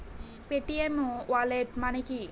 Paytm wallet মানে কি?